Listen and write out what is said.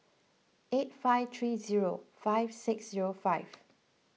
eight five three zero five six zero five